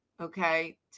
okay